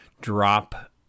drop